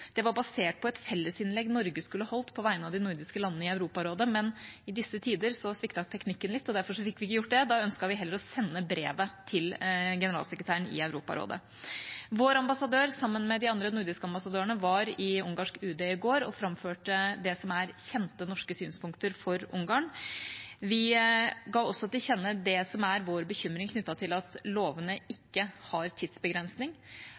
Det var basert på et fellesinnlegg Norge skulle holdt på vegne av de nordiske landene i Europarådet, men i disse tider sviktet teknikken litt, og derfor fikk vi ikke gjort det. Da ønsket vi heller å sende brevet til generalsekretæren i Europarådet. Vår ambassadør var sammen med de andre nordiske ambassadørene i ungarsk UD i går og framførte det som er kjente norske synspunkter for Ungarn. Vi ga også til kjenne det som er vår bekymring, knyttet til at lovene ikke har tidsbegrensning,